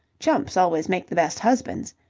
chumps always make the best husbands.